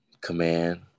command